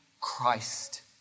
Christ